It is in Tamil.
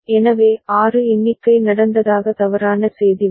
எனவே 6 எண்ணிக்கை நடந்ததாக தவறான செய்தி வரும்